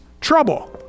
trouble